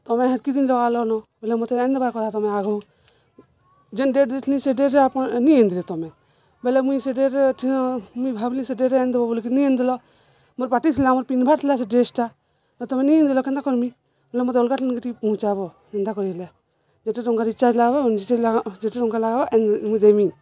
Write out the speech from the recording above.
ତମେ ହେତ୍କି ଦିନ୍ ଲଗାଲନ ବଏଲେ ମତେ ଏନଦେବାର୍ କଥା ତମେ ଆଗ ଯେନ୍ ଡେଟ୍ ଦେଇଥିଲି ସେ ଡେଟ୍ରେ ଆପଣ୍ ନେଇ ଆନିଦେଇ ତମେ ବଏଲେ ମୁଇଁ ସେ ଡେଟ୍ରେ ମୁଇଁ ଭାବ୍ଲି ସେ ଡେଟ୍ରେ ଆନ୍ବ ବଲିକି ନିଆନ୍ଲ ମୋର୍ ପାର୍ଟି ଥିଲା ମୋର୍ ପିନ୍ଧ୍ବାର୍ ଥିଲା ସେ ଡ୍ରେସ୍ଟା ତ ତମେ ନେଇ ଆନିଦେଲ କେନ୍ତା କର୍ମି ବଲେ ମତେ ଅଲ୍ଗା ଠାନେ ଟିକେ ପୁହୁଁଞ୍ଚାବ ଯେନ୍ତା କରି ହେଲେ ଯେତେ ଟଙ୍କା ରିଚାର୍ଜ୍ ଲାଗ୍ବା ଯେତେ ଟଙ୍କା ଲାଗବା ମୁଇଁ ଦେମି